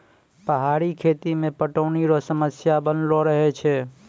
पहाड़ी खेती मे पटौनी रो समस्या बनलो रहै छै